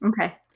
okay